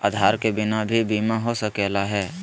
आधार के बिना भी बीमा हो सकले है?